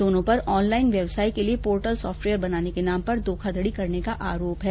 दोनो पर ऑनलाईन व्यवसाय के लिये पोर्टल सॉफ्टवेयर बनाने के नाम पर धौखाघडी करने का आरोप है